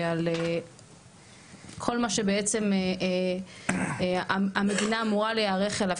ועל כל מה שבעצם המדינה אמורה להיערך אליו,